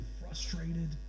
frustrated